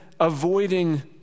Avoiding